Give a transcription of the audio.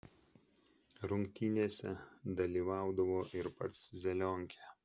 rungtynėse dalyvaudavo ir pats zelionkė